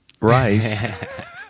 rice